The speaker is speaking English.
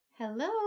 Hello